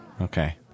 okay